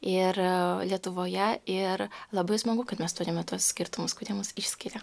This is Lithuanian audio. ir lietuvoje ir labai smagu kad mes turime tuos skirtumus kurie mus išskiria